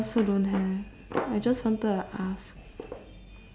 I also don't have I just wanted to ask